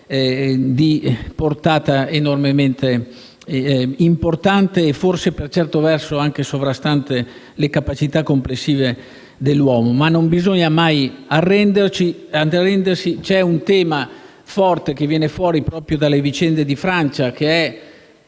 di portata enormemente importante e forse, per certi versi, anche sovrastante le capacità complessive dell'uomo. In ogni caso, non bisogna mai arrendersi. Un tema forte viene fuori proprio dalle vicende francesi e,